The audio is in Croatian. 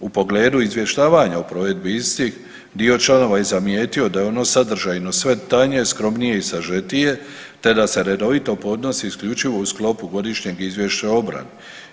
U pogledu izvještavanja o provedbi istih, dio članova je zamijetio da je ono sadržajno sve tanje, skromnije i sažetije te da se redovito podnosi isključivo u sklopu Godišnjeg izvješća o obrani.